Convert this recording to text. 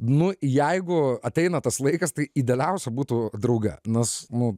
nu jeigu ateina tas laikas tai idealiausia būtų drauge nes nu